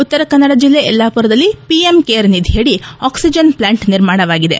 ಉತ್ತರಕನ್ನಡ ಜಿಲ್ಲೆ ಯಲ್ಲಾಪುರದಲ್ಲಿ PM care ನಿಧಿಯಡಿ ಆಕ್ಷಿಜನ್ ಪ್ಲಾಂಟ್ ನಿರ್ಮಾಣವಾಗಿದೆ